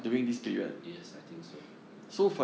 yes I think so